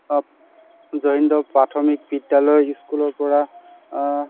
জয়ন্ত প্ৰাথমিক বিদ্যালয় স্কুলৰ পৰা